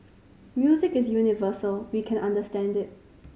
music is universal we can understand it